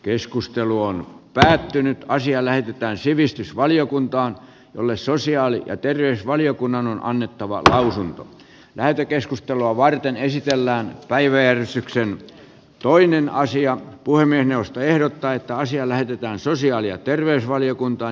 keskustelu on päättynyt naisia lähetetään sivistysvaliokuntaan jolle sosiaali ja terveysvaliokunnan on annettava lausunto lähetekeskustelua varten esitellään waiver syksyn toinen naisia puhemiesneuvosto ehdottaa että asia lähetetään sosiaali ja terveysvaliokuntaan